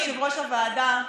אדוני יושב-ראש הוועדה,